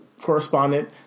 correspondent